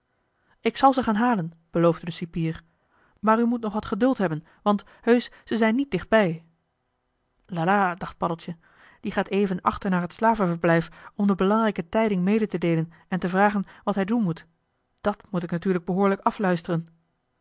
ik zal ze gaan halen beloofde de cipier maar u moet nog wat geduld hebben want heusch ze zijn niet dichtbij la la dacht paddeltje die gaat even achter naar het slavenverblijf om de belangrijke tijding mede te deelen en te vragen wat hij doen moet dàt moet ik natuurlijk behoorlijk afluisteren